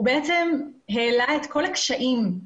הוא בעצם העלה את כל הקשיים,